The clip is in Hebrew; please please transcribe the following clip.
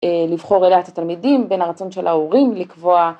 לבחור אלה התלמידים בין הרצון של ההורים לקבוע.